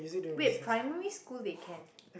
wait primary school they can